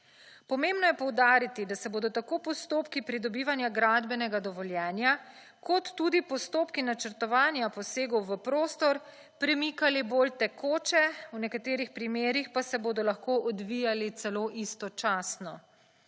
Pomembno je poudariti, da se bodo tako postopki pridobivanja gradbenega dovoljenja kot tudi postopki načrtovanja posegov v prostor premikali bolj tekoče v nekaterih primerih pa se bodo lahko odvijalo celo istočasno.